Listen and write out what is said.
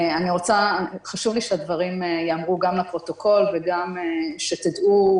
חשוב לי שהדברים יאמרו גם לפרוטוקול וגם שתדעו,